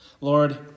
Lord